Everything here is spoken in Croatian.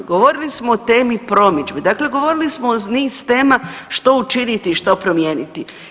Govorili smo o temi promidžbe, dakle govorili smo o niz tema što učiniti i što promijeniti.